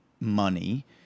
money